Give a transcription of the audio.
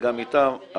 וגם איתם,